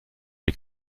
les